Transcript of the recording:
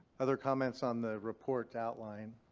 other comments on the report outline?